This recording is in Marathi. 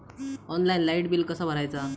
ऑनलाइन लाईट बिल कसा भरायचा?